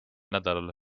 nädalal